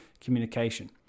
communication